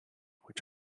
which